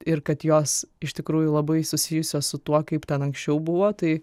ir kad jos iš tikrųjų labai susijusios su tuo kaip ten anksčiau buvo tai